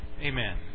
Amen